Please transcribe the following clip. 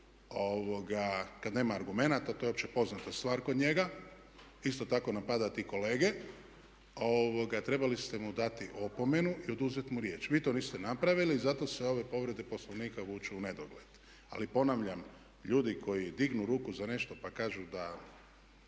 kad nema argumenata to je opće poznata stvar kod njega isto tako napadati kolege, trebali ste mu dati opomenu i oduzeti mu riječ. Vi to niste napravili i zato se ove povrede Poslovnika vuču u nedogled. Ali ponavljam, ljudi koji dignu ruku za nešto pa kažu da